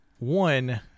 One